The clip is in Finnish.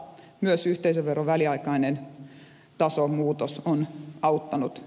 myös yhteisöveron väliaikainen tason muutos on auttanut